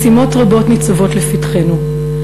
משימות רבות ניצבות לפתחנו,